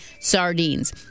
Sardines